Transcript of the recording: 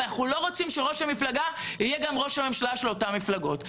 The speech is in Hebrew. אבל אנחנו לא רוצים שראש המפלגה יהיה גם ראש הממשלה של אותן מפלגות.